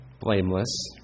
blameless